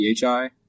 PHI